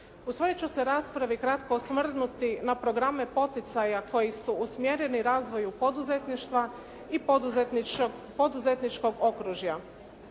U svojoj ću se raspravi kratko osvrnuti na programe poticaja koji su usmjereni razvoju poduzetništva i poduzetničkog okružja.